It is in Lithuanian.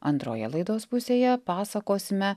antroje laidos pusėje pasakosime